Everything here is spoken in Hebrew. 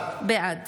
בעד